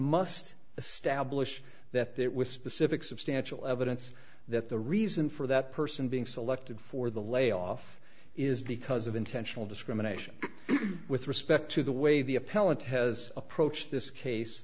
must establish that there was specific substantial evidence that the reason for that person being selected for the layoff is because of intentional discrimination with respect to the way the appellant has approach